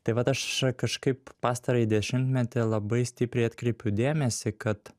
tai vat aš kažkaip pastarąjį dešimtmetį labai stipriai atkreipiu dėmesį kad